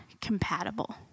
compatible